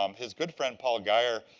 um his good friend, paul guyer,